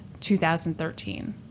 2013